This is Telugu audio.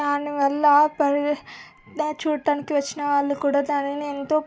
దానివల్ల పర్ దాన్ని చూడటానికి వచ్చిన వాళ్ళు కూడా దానిని ఎంతో